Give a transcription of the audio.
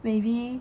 maybe